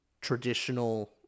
traditional